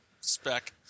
spec